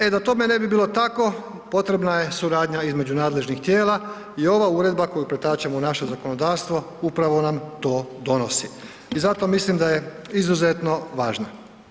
E da tome ne bi bilo tako potrebna je suradnja između nadležnih tijela i ova uredba koju pretačemo u našem zakonodavstvo upravo nam to donosi i zato mislim da je izuzetno važna.